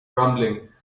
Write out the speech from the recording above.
rumbling